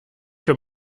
für